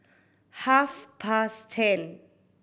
half past ten